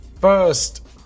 first